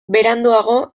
beranduago